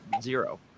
zero